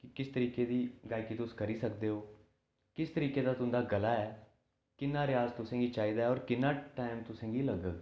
किस तरीके दी गायकी तुस करी सकदे ओ किस तरीके दा तुं'दा गला ऐ किन्ना रेयाज तुसेंगी चाहिदा होर किन्ना टाइम तुसेंगी लग्गग